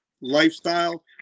lifestyle